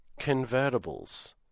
convertibles